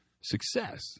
success